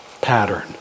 pattern